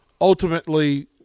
ultimately